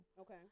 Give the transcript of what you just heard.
Okay